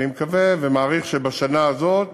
אני מקווה ומעריך שבשנה הזאת